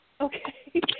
Okay